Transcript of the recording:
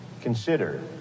consider